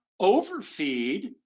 overfeed